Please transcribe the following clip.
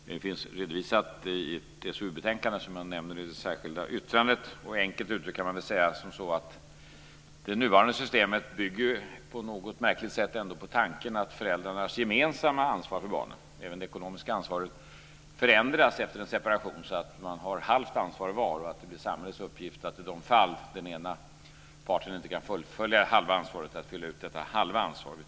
Det finns redovisat i utredningens huvudbetänkande som jag nämnde nyss och i det särskilda yttrandet. Enkelt uttryckt kan man säga att det nuvarande systemet bygger på tanken att föräldrarnas gemensamma ansvar för barnen, även det ekonomiska ansvaret, förändras efter en separation, så att man har ett halvt ansvar var. Om den ena parten inte kan fullfölja det halva ansvaret blir det samhällets uppgift att fylla ut detta ansvar.